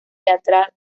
teatral